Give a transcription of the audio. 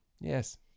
yes